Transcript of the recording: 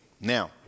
Now